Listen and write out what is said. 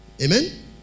Amen